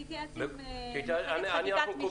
אני אתייעץ על כך עם מחלקת חקיקת משנה.